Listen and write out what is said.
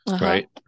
right